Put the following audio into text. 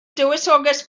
dywysoges